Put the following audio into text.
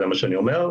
זה מה שאני אומר.